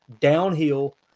downhill